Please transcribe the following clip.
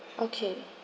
okay